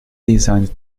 designed